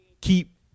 keep